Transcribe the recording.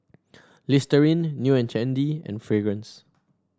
Listerine New And Trendy and Fragrance